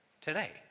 today